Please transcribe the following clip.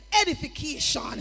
edification